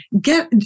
get